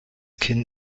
kinn